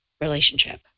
relationship